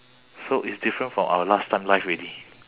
so it's different from our last time life already